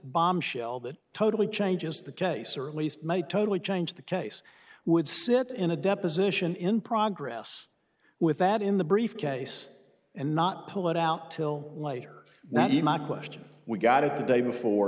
bombshell that totally changes the case or at least may totally change the case would sit in a deposition in progress with that in the briefcase and not pull it out till later that he might question we got it the day before